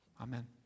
Amen